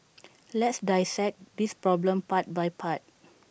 let's dissect this problem part by part